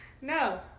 no